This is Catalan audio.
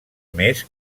més